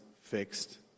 fixed